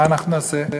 מה אנחנו נעשה?